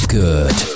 good